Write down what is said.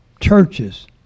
churches